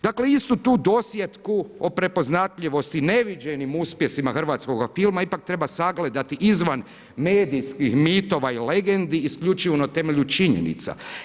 Dakle, istu tu dosjetku o prepoznatljivosti neviđenim uspjesima hrvatskog filma ipak treba sagledati izvan medijskih mitova i legenci isključivo na temelju činjenica.